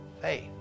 faith